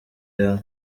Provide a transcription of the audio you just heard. yawe